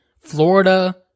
Florida